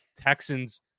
Texans